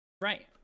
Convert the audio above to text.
right